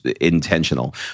intentional